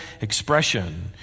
expression